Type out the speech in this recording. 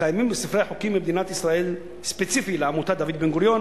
קיימים בספרי חוקי מדינת ישראל חוקים ספציפיים לעמותת דוד בן-גוריון,